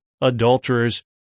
adulterers